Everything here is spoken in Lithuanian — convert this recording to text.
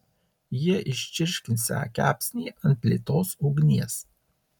jie iščirškinsią kepsnį ant lėtos ugnies